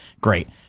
Great